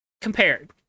Compared